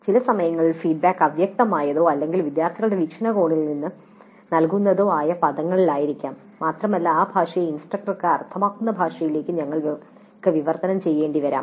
ചില സമയങ്ങളിൽ ഫീഡ്ബാക്ക് അവ്യക്തമായതോ അല്ലെങ്കിൽ വിദ്യാർത്ഥികളുടെ വീക്ഷണകോണിൽ നിന്ന് നൽകുന്നതോ ആയ പദങ്ങളിലായിരിക്കാം മാത്രമല്ല ആ ഭാഷയെ ഇൻസ്ട്രക്ടർക്ക് അർത്ഥമാക്കുന്ന ഭാഷയിലേക്ക് ഞങ്ങൾ വിവർത്തനം ചെയ്യേണ്ടിവരാം